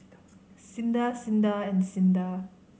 SINDA SINDA and SINDA